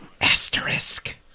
Asterisk